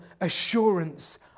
assurance